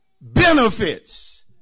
Benefits